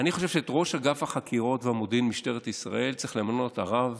אני חושב שאת ראש אגף החקירות והמודיעין במשטרת ישראל צריך למנות הרב